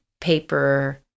paper